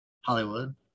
Hollywood